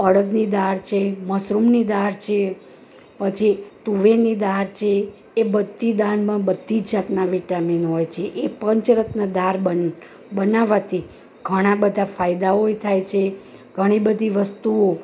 અળદની દાળ છે મસુરની દાળ છે પછી તુવેરની દાળ છે એ બધી દાળમાં બધી જાતનાં વિટામિન હોય છે એ પંચરત્ન દાળ બનાવવાથી ઘણા બધા ફાયદાઓ એ થાય છે ઘણી બધી વસ્તુઓ